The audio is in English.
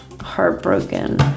heartbroken